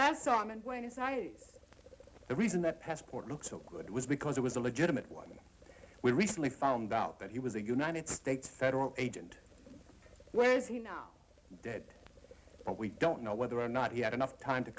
last saw him and when he saw the reason that passport looks so good was because it was a legitimate one we recently found out that he was a united states federal agent where is he now dead but we don't know whether or not he had enough time to